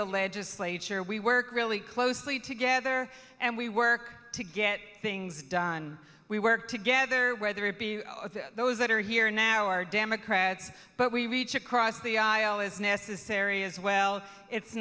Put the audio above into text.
the legislature we work really closely together and we work to get things done we work together whether it be those that are here now are democrats but we reach across the aisle as necessary as well it's